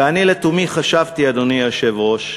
ואני לתומי חשבתי, אדוני היושב-ראש,